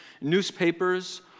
newspapers